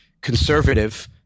conservative